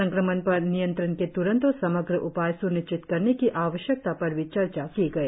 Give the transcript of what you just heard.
संक्रमण पर नियंत्रण के त्रंत और समग्र उपाय स्निश्चित करने की आवश्यकता पर भी चर्चा की गई